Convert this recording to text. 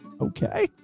Okay